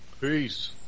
Peace